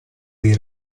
dei